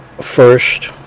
first